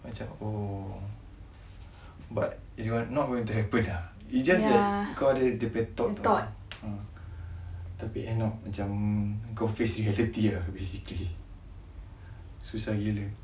macam oh but it's not going to happen ah it's just that kau ada dia punya thought ah tapi end up macam kau face reality ah basically susah gila